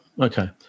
Okay